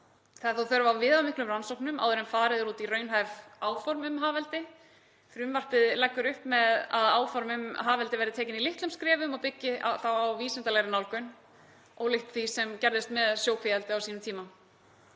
Það er þó þörf á viðamiklum rannsóknum áður en farið er út í raunhæf áform um hafeldi. Frumvarpið leggur upp með að áform um hafeldi verði tekin í litlum skrefum og byggi á vísindalegri nálgun, ólíkt því sem gerðist með sjókvíaeldið á sínum tíma.